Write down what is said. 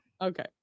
Okay